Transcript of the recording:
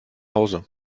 hause